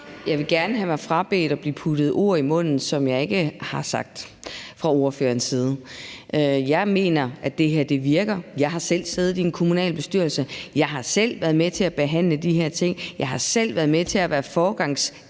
Jeg vil gerne have mig frabedt at blive puttet ord i munden, som jeg ikke har sagt, fra ordførerens side. Jeg mener, at det her virker. Jeg har selv siddet i en kommunalbestyrelse. Jeg har selv været med til at behandle de her ting. Jeg har selv været foregangskvinde